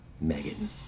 Megan